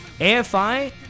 AFI